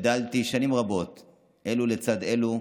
מעוז, איננו,